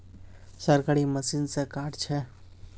सरकारी मशीन से कार्ड छै?